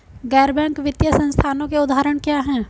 गैर बैंक वित्तीय संस्थानों के उदाहरण क्या हैं?